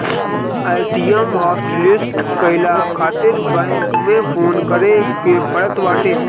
ATM hotlist कईला खातिर bank में फोन करे के पड़त बाटे